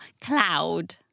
cloud